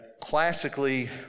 classically